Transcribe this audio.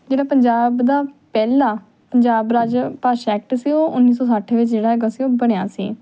ਜਿਹੜਾ ਪੰਜਾਬ ਦਾ ਪਹਿਲਾ ਪੰਜਾਬ ਰਾਜ ਭਾਸ਼ਾ ਐਕਟ ਸੀ ਉਹ ਉੱਨੀ ਸੌ ਸੱਠ ਵਿੱਚ ਜਿਹੜਾ ਹੈਗਾ ਸੀ ਉਹ ਬਣਿਆ ਸੀ